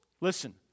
listen